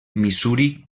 missouri